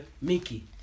Mickey